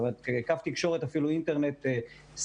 זאת אומרת, קו תקשורת, אפילו אינטרנט סביר.